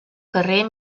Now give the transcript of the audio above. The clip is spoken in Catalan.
carrer